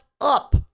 up